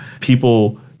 people